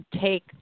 take